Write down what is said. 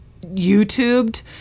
YouTubed